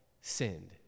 sinned